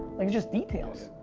like it's just details.